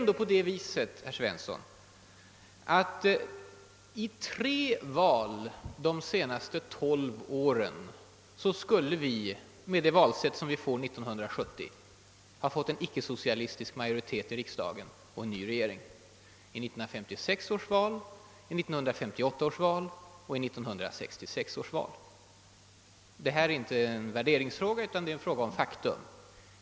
I tre val under de senaste tolv åren skulle med det valsätt vi kommer att ha 1970 ha fått en ickesocialistisk majoritet i riksdagen och troligen en ny regering, nämligen i 1956, 1958 och 1966 års val. Det här är inte en värderingsfråga utan ett faktum.